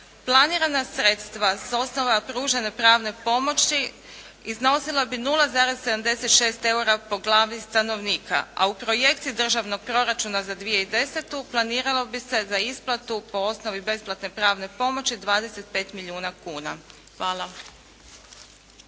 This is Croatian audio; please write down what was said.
Planirana sredstva s osnova pružanja pravne pomoći iznosila bi 0,76 eura po glavi stanovnika, a u projekti državnog proračuna za 2010. planiralo bi se za isplatu po osnovi besplatne pravne pomoći 25 milijuna kuna. Hvala.